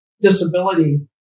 disability